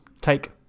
take